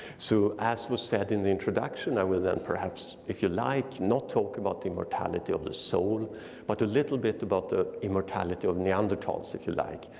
so as was said in the introduction, i will then perhaps, if you like not talk about the immortality of the soul but a little bit about the immortality of neanderthals, if you like,